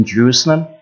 Jerusalem